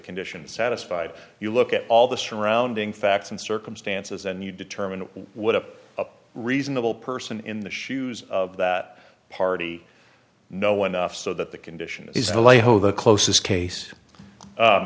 condition satisfied you look at all the surrounding facts and circumstances and you determine what up a reasonable person in the shoes of that party know went off so that the condition is a lie ho the closest case